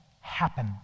happen